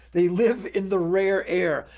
they live in the rare air.